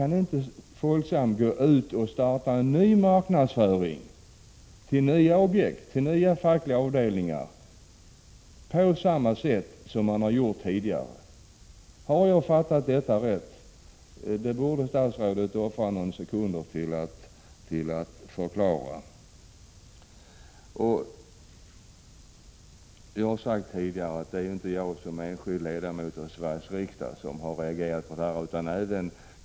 nu inte kan starta en ny marknadsföringsdrive riktad till nya fackliga avdelningar, på det sätt som man har gjort tidigare. Har jag fattat detta rätt? Statsrådet borde offra någon sekund på att förklara den saken. Jag har tidigare sagt att det inte är jag som enskild ledamot av Sveriges riksdag som har reagerat i detta fall.